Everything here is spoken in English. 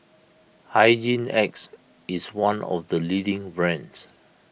Hygin X is one of the leading brands